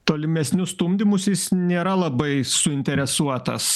tolimesniu stumdymusi jis nėra labai suinteresuotas